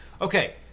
Okay